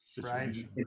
right